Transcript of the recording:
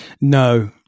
No